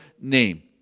name